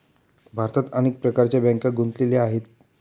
भारतात अनेक प्रकारच्या बँका गुंतलेल्या आहेत